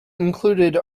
included